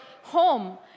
home